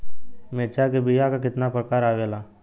मिर्चा के बीया क कितना प्रकार आवेला?